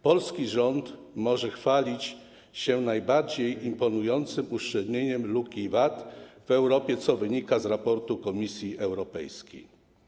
Polski rząd może pochwalić się najbardziej imponującym uszczelnieniem luki VAT w Europie, co wynika z raportu Komisji Europejskiej.